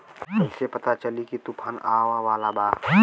कइसे पता चली की तूफान आवा वाला बा?